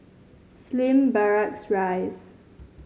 Slim Barracks Rise